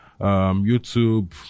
YouTube